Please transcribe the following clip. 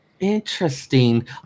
Interesting